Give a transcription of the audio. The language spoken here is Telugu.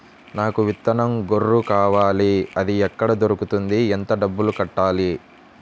నాకు విత్తనం గొర్రు కావాలి? అది ఎక్కడ దొరుకుతుంది? ఎంత డబ్బులు కట్టాలి?